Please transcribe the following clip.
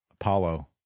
Apollo